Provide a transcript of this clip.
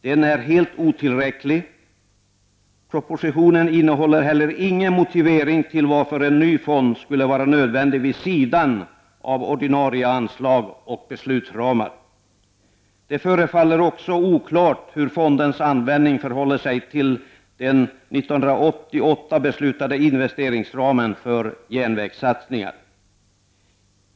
Den är helt otillräcklig. Propositionen innehåller heller ingen motivering till varför en ny fond skulle vara nödvändig vid sidan av ordinarie anslag och beslutsra mar. Det förefaller också oklart hur fondens användning förhåller sig till den 1988 beslutade investeringsramen för järnvägssatsningar.